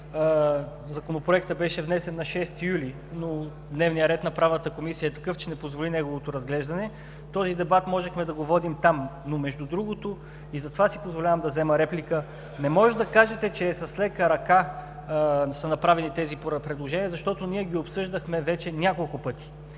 Законопроектът беше внесен на 6 юли, но дневният ред на Правната комисия е такъв, че не позволи неговото разглеждане. Този дебат можехме да го водим там, но между другото, и затова си позволявам да взема реплика, не може да кажете, че с лека ръка са направени тези предложения, защото ние ги обсъждахме вече няколко пъти